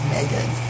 Megan